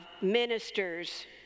ministers